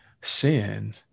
sin